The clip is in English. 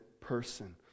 person